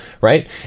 right